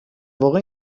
واقع